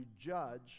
judge